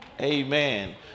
Amen